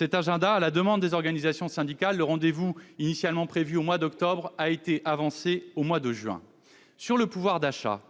un agenda. À la demande des organisations syndicales, le rendez-vous, initialement prévu au mois d'octobre prochain, a été avancé au mois de juin. Pour ce qui concerne le pouvoir d'achat,